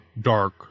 dark